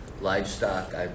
livestock